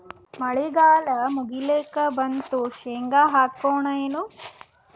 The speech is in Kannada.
ಮಳಿಗಾಲ ಮುಗಿಲಿಕ್ ಬಂತು, ಶೇಂಗಾ ಹಾಕೋಣ ಏನು?